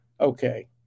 Okay